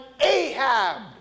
Ahab